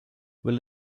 will